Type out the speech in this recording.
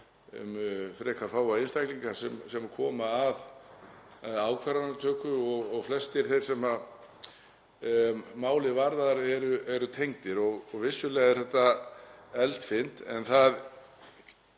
um frekar fáa einstaklinga sem koma að ákvarðanatöku og flestir þeir sem málið varðar eru tengdir. Vissulega er þetta eldfimt en við